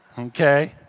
okay.